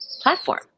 platform